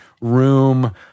room